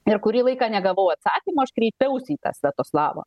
ir kurį laiką negavau atsakymo aš kreipiausi į tą sviatoslavą